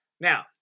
Now